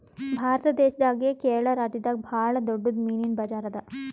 ಭಾರತ್ ದೇಶದಾಗೆ ಕೇರಳ ರಾಜ್ಯದಾಗ್ ಭಾಳ್ ದೊಡ್ಡದ್ ಮೀನಿನ್ ಬಜಾರ್ ಅದಾ